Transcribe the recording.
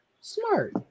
smart